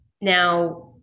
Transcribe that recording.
now